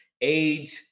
Age